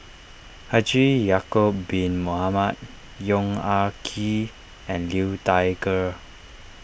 Haji Ya'Acob Bin Mohamed Yong Ah Kee and Liu Thai Ker